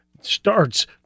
starts